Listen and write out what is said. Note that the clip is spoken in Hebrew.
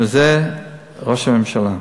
וזה ראש הממשלה.